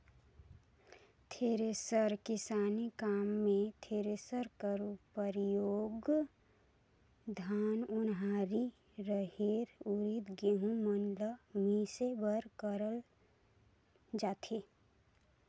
thresher किसानी काम मे थरेसर कर परियोग धान, ओन्हारी, रहेर, उरिद, गहूँ मन ल मिसे बर करल जाथे